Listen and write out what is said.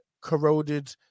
corroded